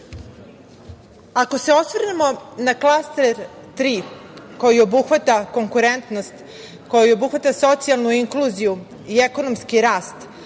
se osvrnemo na klaster Tri koji obuhvata konkurentnost, koji obuhvata socijalnu inkluziju i ekonomski rast,